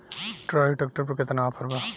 Trolley tractor पर केतना offer बा?